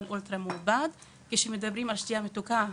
אולטרה מעובד וגם כשמדברים על שתייה מתוקה,